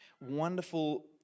wonderful